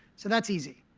so that's easy.